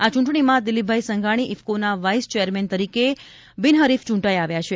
આ ચૂંટણીમાં દિલીપભાઈ સંઘાણી ઇફકોના વાઇસ ચેરમેન તરીકે બિનહરીફ ચૂંટાઇ આવ્યા છે